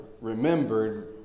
remembered